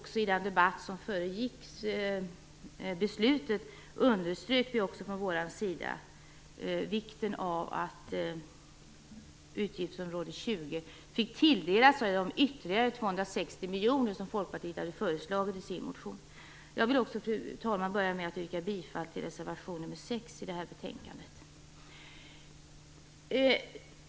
I den debatt som föregick beslutet underströk vi från vår sida också vikten av att utgiftsområde 20 tilldelas ytterligare 290 Jag vill också, fru talman, börja med att yrka bifall till reservation nr 6 i betänkandet.